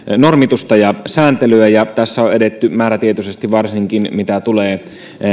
normitusta ja sääntelyä ja tässä on edetty määrätietoisesti varsinkin mitä tulee